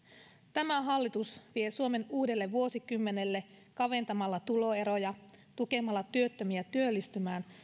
tämä hallitus vie suomen uudelle vuosikymmenelle kaventamalla tuloeroja tukemalla työttömiä työllistymään